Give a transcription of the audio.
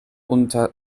unter